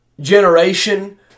generation